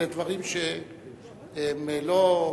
אלה דברים שהם לא,